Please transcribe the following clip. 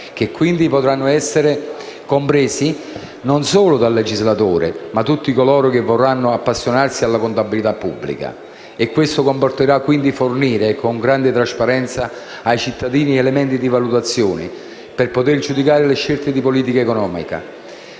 che quindi potranno essere compresi non solo dal legislatore, ma da tutti coloro che vorranno appassionarsi alla contabilità pubblica. Questo comporterà quindi fornire con grande trasparenza ai cittadini elementi di valutazione per poter giudicare le scelte di politica economica